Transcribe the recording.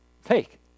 fake